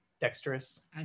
dexterous